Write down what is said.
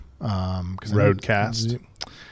roadcast